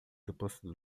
depósito